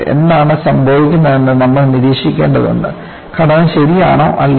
എന്താണ് സംഭവിക്കുന്നതെന്ന് നമ്മൾ നിരീക്ഷിക്കേണ്ടതുണ്ട് ഘടന ശരിയാണോ അല്ലയോ